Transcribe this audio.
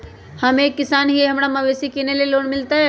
हम एक किसान हिए हमरा मवेसी किनैले लोन मिलतै?